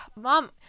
mom